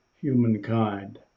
humankind